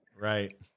right